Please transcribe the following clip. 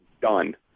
done